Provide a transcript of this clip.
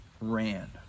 ran